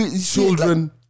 children